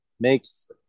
makes